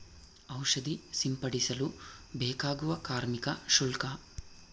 ಔಷಧಿ ಸಿಂಪಡಿಸಲು ಬೇಕಾಗುವ ಕಾರ್ಮಿಕ ಶುಲ್ಕ?